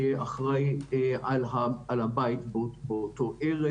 שאחראי על הבית באותו ערב.